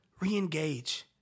re-engage